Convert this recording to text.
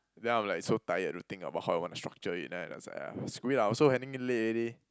then I'll be like so tired to think about how I want to structure it then I it's like !aiya! screw it lah I also handing it late already